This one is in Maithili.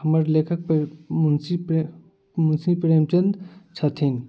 हमर लेखक मुंशी प्रेम मुंशी प्रेमचन्द छथिन